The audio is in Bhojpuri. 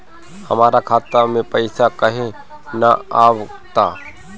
हमरा खाता में पइसा काहे ना आव ता?